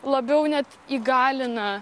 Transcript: labiau net įgalina